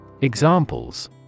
Examples